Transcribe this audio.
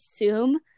assume